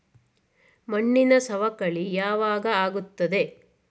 ಮಣ್ಣಿನ ಸವಕಳಿ ಯಾವಾಗ ಆಗುತ್ತದೆ?